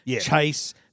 chase